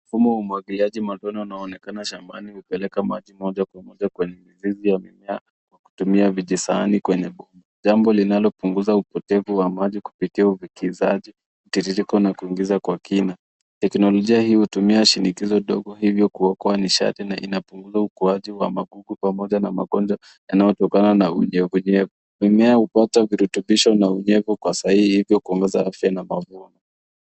Mfumo wa umwagiliaji matone unaonekana shambani ukipeleka maji moja kwa moja kwenye mizizi ya mimea kwa kutumia vijisahani kwenye vumbi, jambo linalopunguza upotevu wa maji kupitia uvikishaji, mtiririko na kuingiza kwa kina. Teknolojia hii hutumia shinikizo ndogo ivyo kuokoa nishati na inapunguza ukuaji wa magugu pamoja na magonjwa yanayotokana na unyevunyevu. Mimea hupata virutubisho na unyevu kwa sahihi ivyo kuongeza afya na mavua.